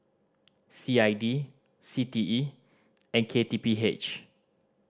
C I D C T E and K T P H